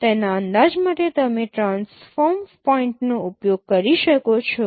તેના અંદાજ માટે તમે ટ્રાન્સફોર્મ પોઇન્ટનો ઉપયોગ કરી શકો છો